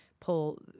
Pull